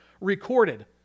recorded